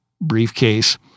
briefcase